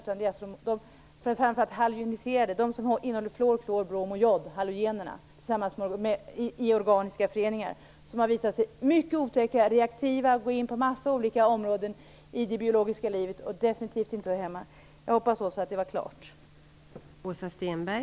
Det är framför allt de halogeniserade, de som innehåller fluor-, klor-, brom och jodhalogenerna i organiska föreningar som har visat sig mycket otäcka. De är reaktiva och går in på en mängd olika områden i det biologiska livet och hör definitivt inte hemma där. Jag hoppas, Åsa Stenberg, att det var klart.